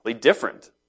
different